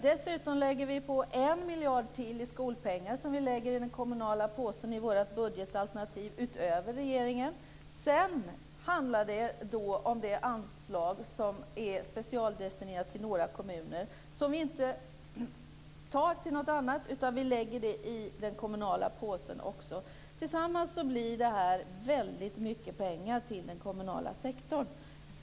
Dessutom lägger vi på 1 miljard till, utöver regeringen, i skolpengar som läggs i den kommunala påsen i vårt budgetalternativ. Det handlar sedan om det anslag som är specialdestinerat till några kommuner. De pengarna tas inte till något annat utan läggs i den kommunala påsen. Tillsammans blir det väldigt mycket pengar till den kommunala sektorn.